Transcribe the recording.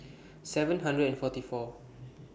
seven hundred and forty four